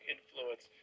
Influence